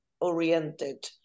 oriented